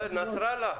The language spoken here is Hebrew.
נסראללה.